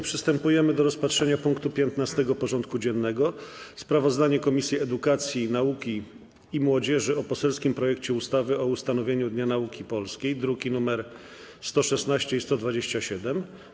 Przystępujemy do rozpatrzenia punktu 15. porządku dziennego: Sprawozdanie Komisji Edukacji, Nauki i Młodzieży o poselskim projekcie ustawy o ustanowieniu Dnia Nauki Polskiej (druki nr 116 i 127)